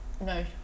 No